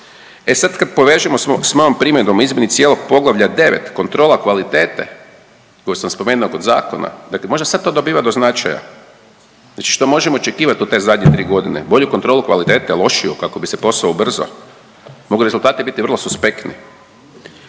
E sad kad povežemo sa mojom primjedbom o izmjeni cijelog poglavlja 9. kontrola kvalitete koju sam spomenuo kod zakona, dakle možda to sad dobiva do značaja. Znači što možemo očekivati od te zadnje tri godine? Bolju kontrolu kvalitete, lošiju kako bi se posao ubrzao. Mogu rezultati biti vrlo suspektni.